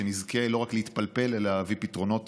ושנזכה לא רק להתפלפל אלא להביא פתרונות